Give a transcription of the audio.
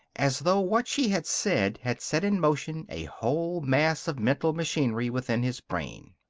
as though what she had said had set in motion a whole mass of mental machinery within his brain.